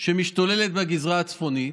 שמשתוללת בגזרה הצפונית,